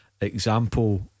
example